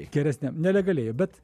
geresniam nelegaliai bet